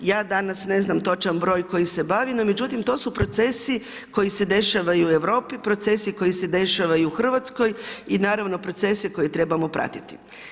Ja danas ne znam točan broj koji se bavi, no međutim to su procesi koji se dešava i u Europi, procesi koji se dešavaju i u Hrvatskoj i naravno procese koje trebamo pratiti.